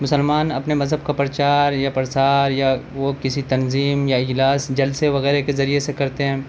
مسلمان اپنے مذہب کا پرچار یا پرسار یا وہ کسی تنظیم یا اجلاس جلسے وغیرہ کے ذریعے سے کرتے ہیں